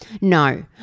No